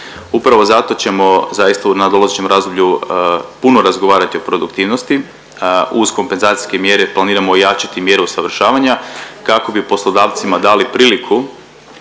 Upravo zato ćemo zaista u nadolazećem razdoblju puno razgovarati o produktivnosti. Uz kompenzacijske mjere planiramo ojačati mjeru usavršavanja kako bi poslodavcima dali priliku